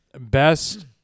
Best